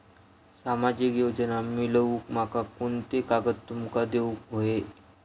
सामाजिक योजना मिलवूक माका कोनते कागद तुमका देऊक व्हये?